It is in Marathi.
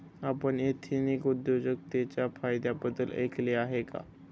आपण एथनिक उद्योजकतेच्या फायद्यांबद्दल ऐकले आहे का?